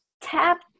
tap